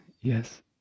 Yes